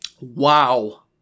Wow